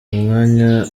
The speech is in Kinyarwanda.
mwanya